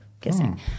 kissing